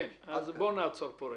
נעצור כאן.